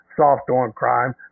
soft-on-crime